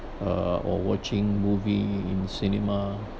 uh or watching movie in cinema